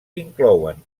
inclouen